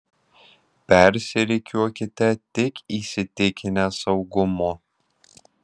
persirikiuokite tik įsitikinę saugumu